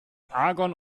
argon